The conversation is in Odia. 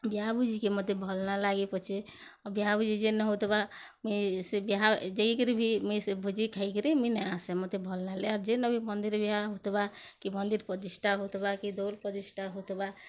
ବିହା ଭୁଜିକେ ମୋତେ ଭଲ୍ ନାଇଁ ଲାଗେ ପଛେ ବିହା ଭୁଜି ଯେନ ହେଉଥିବା ମୁଇଁ ସେ ବିହା ଯାଇକିରି ବି ମୁଇଁ ସେ ଭୁଜି ଖାଇକିରି ମୁଇଁ ନାଇଁ ଆସେ ମୋତେ ଭଲ୍ ନାଇଁ ଲାଗେ ଯେନବି ମନ୍ଦିର ବିହା ହେଉଥିବା କି ମନ୍ଦିର ପ୍ରତିଷ୍ଠା ହେଉଥିବା କି ଦେଉଲ ପ୍ରତିଷ୍ଠା ହେଉଥିବା